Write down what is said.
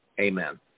Amen